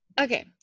Okay